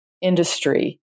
industry